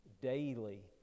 Daily